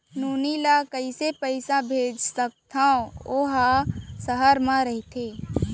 नोनी ल कइसे पइसा भेज सकथव वोकर ह सहर म रइथे?